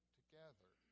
together